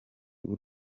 w’u